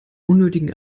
unnötigen